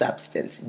Substance